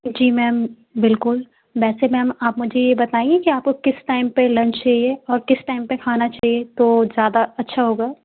जी ma'am बिल्कुल वैसे ma'am आप मुझे ये बताइए कि आपको किस टाइम पर लंच चाहिए और किस टाइम पर खाना चाहिए तो ज़्यादा अच्छा होगा